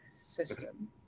system